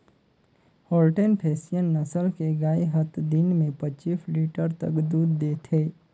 Holstein Friesian नसल के गाय हत दिन में पच्चीस लीटर तक दूद देथे